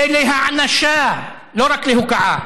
ולהענשה, לא רק להוקעה.